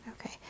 Okay